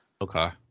Okay